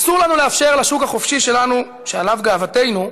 אסור לנו לאפשר לשוק החופשי שלנו, שעליו גאוותנו,